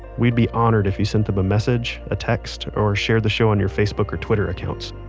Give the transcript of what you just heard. we'd be honored if you sent them a message, a text, or share the show on your facebook or twitter accounts.